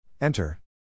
Enter